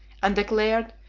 and declared,